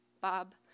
bob